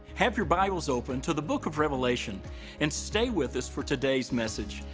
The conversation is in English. have your bibles open to the book of revelation and stay with us for today's message.